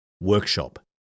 workshop